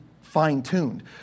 fine-tuned